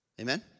Amen